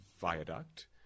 viaduct